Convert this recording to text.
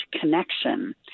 connection